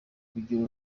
kugira